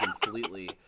completely